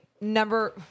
number